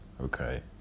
okay